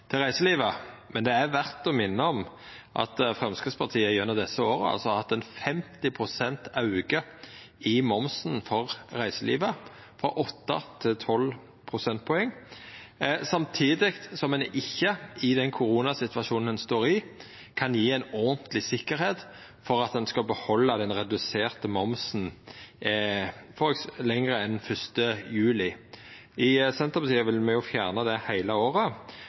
til reiselivet, men det er verdt å minna om at Framstegspartiet gjennom desse åra har hatt ein 50 pst. auke i momsen for reiselivet, frå 8 til 12 prosentpoeng, samtidig som ein i den koronasituasjonen ein står i, ikkje kan gje ei ordentleg sikkerheit for at ein skal behalda den reduserte momsen lenger enn til 1. juli. I Senterpartiet vil me jo fjerna han heile året